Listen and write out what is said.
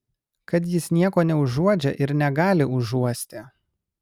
kad jis nieko neuodžia ir negali užuosti